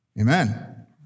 Amen